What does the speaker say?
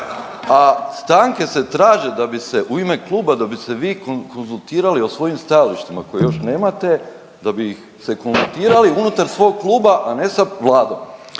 a stanke se traže da bi se u ime Kluba da bi se vi konzultirali o svojim stajalištima koje još nemate, da bi ih se konzultirali unutar svog kluba, a ne sa Vladom.